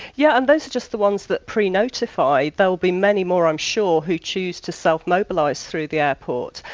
yeah and those are just the ones that pre-notify, there'll be many more, i'm sure, who choose to self-mobilise through the airport.